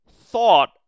thought